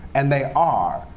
and they are.